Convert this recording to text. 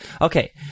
Okay